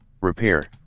Repair